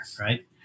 right